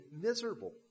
miserable